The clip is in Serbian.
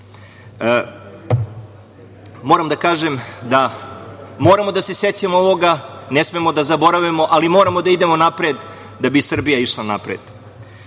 UN.Moram da kažem da moramo da se sećamo ovoga. Ne smemo da zaboravimo, ali moramo da idemo napred da bi Srbija išla napred. Pomenuo